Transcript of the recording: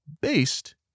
based